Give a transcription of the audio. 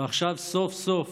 ועכשיו סוף-סוף